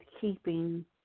keeping